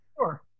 Sure